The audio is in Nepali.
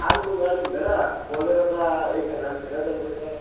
अर्को गाडी हुँदैन बोलेरो त एकजनाले लिएर जाँदैछ